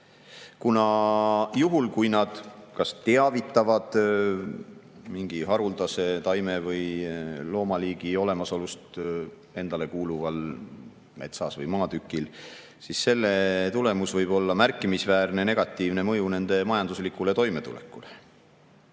kuna juhul, kui nad kas teavitavad mingi haruldase taime või loomaliigi olemasolust endale kuuluvas metsas või maatükil, siis selle tulemus võib olla märkimisväärne negatiivne mõju nende majanduslikule toimetulekule. See